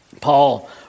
Paul